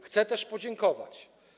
Chcę też podziękować.